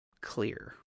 clear